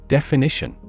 Definition